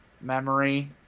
memory